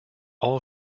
all